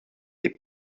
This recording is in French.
les